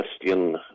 question